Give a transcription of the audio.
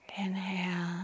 Inhale